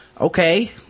Okay